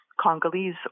Congolese